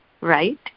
right